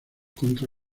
contra